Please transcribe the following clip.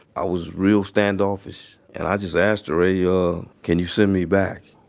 i was real standoffish and i just asked her, ah yeah can you send me back?